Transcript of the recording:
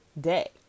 day